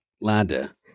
ladder